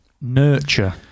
Nurture